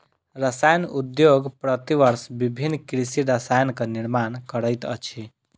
रसायन उद्योग प्रति वर्ष विभिन्न कृषि रसायनक निर्माण करैत अछि